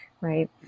right